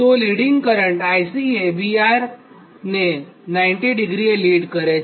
તો leading current IC એ VR ને 90 ડિગ્રીએ લીડ કરે છે